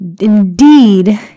indeed